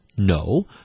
No